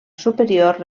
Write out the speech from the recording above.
superior